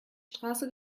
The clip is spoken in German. straße